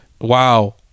wow